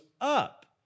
up